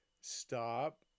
Stop